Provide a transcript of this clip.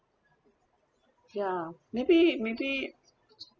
ya maybe maybe